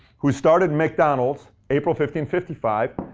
who started mcdonalds, april fifteen, fifty five.